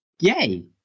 Yay